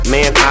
Man